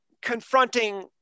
confronting